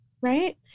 Right